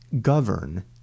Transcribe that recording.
govern